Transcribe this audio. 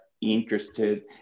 interested